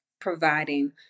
providing